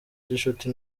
gicuti